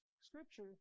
Scripture